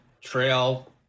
trail